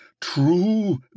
true